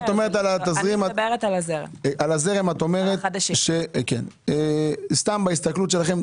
על הזרם את אומרת - בהסתכלות שלכם,